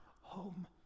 home